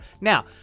Now